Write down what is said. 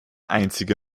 einzige